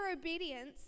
obedience